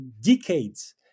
decades